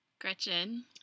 Gretchen